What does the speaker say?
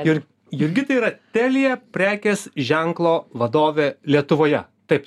ir jurgita yra telia prekės ženklo vadovė lietuvoje taip